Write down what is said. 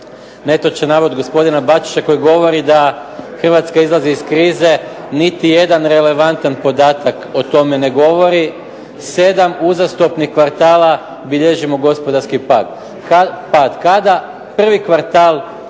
netočan navod gospodina Bačića koji govori da hrvatska izlazi iz krize. Niti jedan relevantan podatak o tome ne govori. Sedam uzastopnih kvartala bilježimo gospodarski pad. Kada prvi kvartal